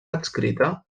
adscrita